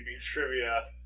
Trivia